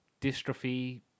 dystrophy